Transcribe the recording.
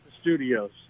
studios